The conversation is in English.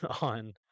on